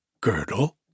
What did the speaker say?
girdle